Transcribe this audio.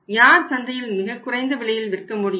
யார் சந்தையில் மிகக் குறைந்த விலையில் விற்க முடியும்